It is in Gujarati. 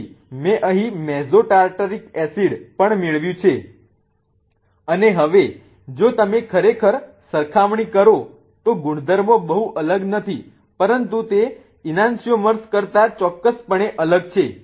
તેથી મેં અહીં મેસો ટાર્ટરિક એસિડ પણ મેળવ્યું છે અને હવે જો તમે ખરેખર સરખામણી કરો તો ગુણધર્મો બહુ અલગ નથી પરંતુ તે ઈનાન્સિઓમર્સ કરતા ચોક્કસપણે અલગ છે